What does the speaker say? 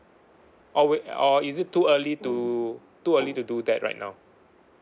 or will or is it too early to too early to do that right now